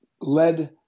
led